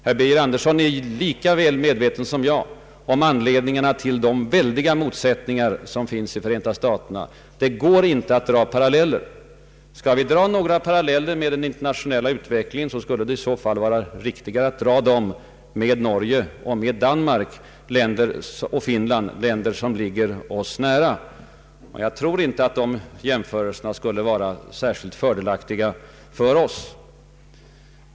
Herr Birger Andersson är lika väl medveten som jag om anledningarna till de stora motsättningar som finns i Förenta staterna. Det går inte att dra paralleller. Skulle vi dra några paralleller med den internationella utvecklingen vore det riktigare att göra detta med Norge, Danmark och Finland — länder som ligger oss nära. Jag tror inte att de jämförelserna skulle vara särdeles fördelaktiga för oss.